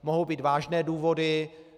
Mohou být vážné důvody.